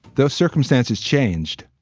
those circumstances changed